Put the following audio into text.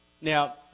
Now